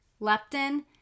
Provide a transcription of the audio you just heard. leptin